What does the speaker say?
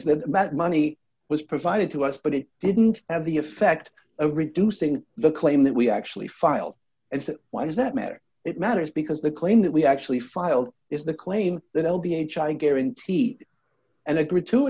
is that that money was provided to us but it didn't have the effect of reducing the claim that we actually filed and said why does that matter it matters because the claim that we actually filed is the claim that l b h i guaranteed and agreed to